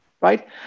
right